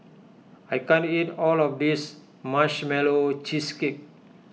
I can't eat all of this Marshmallow Cheesecake